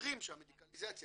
אומרים שהמדיקליזציה